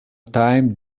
time